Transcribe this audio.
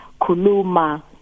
Kuluma